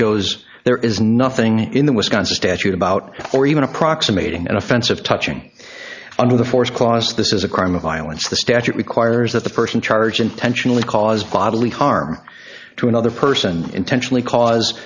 shows there is nothing in the wisconsin statute about or even approximating an offensive touching under the fourth clause this is a crime of violence the statute requires that the person charge intentionally caused bodily harm to another person intentionally cause